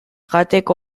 jateko